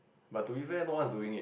but to be fair no one's doing it